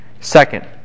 Second